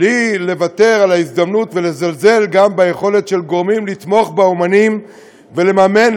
בלי לוותר על ההזדמנות ולזלזל גם ביכולת של גורמים לתמוך באמנים ולממן,